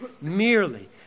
merely